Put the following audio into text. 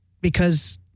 because-